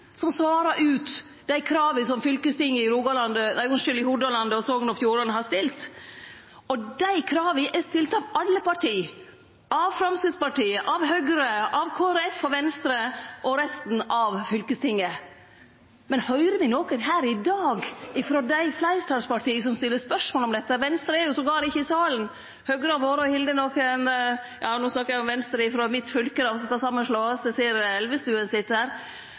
som svarar på dei krava som fylkestinget i Hordaland og Sogn og Fjordane har stilt. Dei krava er stilte av alle parti, av Framstegspartiet, av Høgre, av Kristeleg Folkeparti og Venstre og resten av fylkestinget. Men høyrer me nokon her i dag frå dei fleirtalspartia som stiller spørsmål om dette? Venstre er ikkje ein gong i salen – ja, no snakkar eg om Venstre frå mitt fylke som skal samanslåast. Eg ser representanten Elvestuen sit